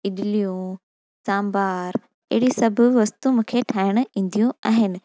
इडलियूं सांभार अहिड़ी सभु वस्तूं मूंखे ठाहिणु ईंदियूं आहिनि